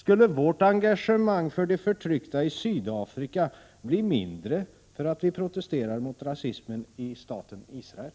Skulle vårt engagemang för de förtryckta i Sydafrika bli mindre för att vi protesterar mot rasismen i staten Israel?